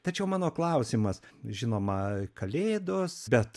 tačiau mano klausimas žinoma kalėdos bet